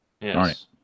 Yes